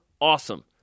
awesome